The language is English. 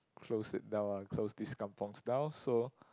close it down ah close these kampungs down so